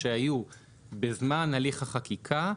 שהיו בזמן הליך החקיקה,